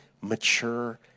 mature